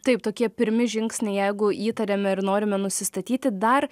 taip tokie pirmi žingsniai jeigu įtariame ir norime nusistatyti dar